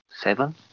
seven